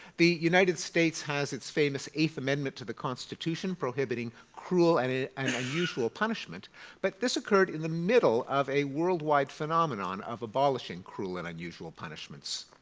the united states has its famous eighth amendment to the constitution prohibiting cruel and ah and unusual punishment but this occurred in the middle of a worldwide phenomenon of abolishing cruel and unusual punishments.